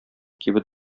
кибет